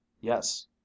Yes